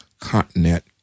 continent